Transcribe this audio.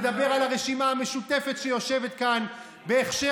תדבר על הרשימה המשותפת שיושבת כאן בהכשר